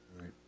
right